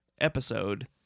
episode